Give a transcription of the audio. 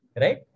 right